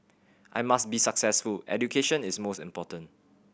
I must be successful education is most important